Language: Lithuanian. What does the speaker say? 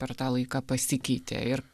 per tą laiką pasikeitė ir